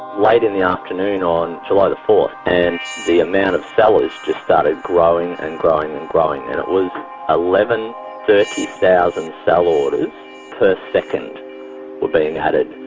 late in the afternoon on july four and the amount of sellers just started growing and growing and growing. and it was eleven thirty thousand sell orders per second were being added,